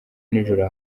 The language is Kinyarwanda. nijoro